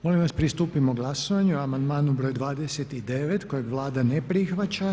Molim vas pristupimo glasovanju o amandmanu broj 29. kojeg Vlada ne prihvaća.